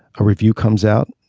a review comes out.